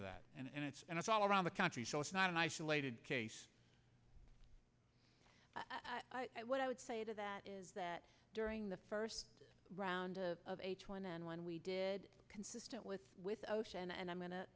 that and it's and it's all around the country so it's not an isolated case what i would say to that is that during the first round of h one n one we did consistent with with ocean and i'm going to